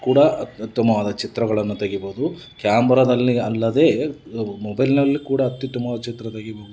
ಕೂಡ ಅತ ಉತ್ತಮವಾದ ಚಿತ್ರಗಳನ್ನು ತೆಗಿಬೋದು ಕ್ಯಾಮ್ರದಲ್ಲಿ ಅಲ್ಲದೇ ಮೊಬೈಲಿನಲ್ಲಿ ಕೂಡ ಅತ್ಯುತ್ತಮವಾದ ಚಿತ್ರ ತೆಗಿಬೋದು